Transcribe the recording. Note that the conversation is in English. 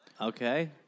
Okay